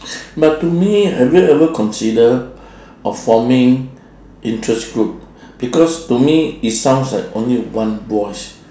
but to me have you ever consider of forming interest group because to me it sounds like only one voice